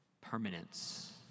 permanence